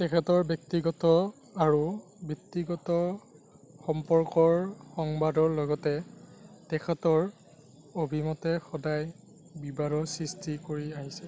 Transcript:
তেখেতৰ ব্যক্তিগত আৰু বৃত্তিগত সম্পৰ্কৰ সংবাদৰ লগতে তেখেতৰ অভিমতে সদায় বিবাদৰ সৃষ্টি কৰি আহিছে